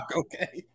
okay